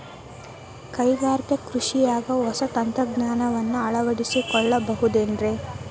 ಕೈಗಾರಿಕಾ ಕೃಷಿಯಾಗ ಹೊಸ ತಂತ್ರಜ್ಞಾನವನ್ನ ಅಳವಡಿಸಿಕೊಳ್ಳಬಹುದೇನ್ರೇ?